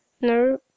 no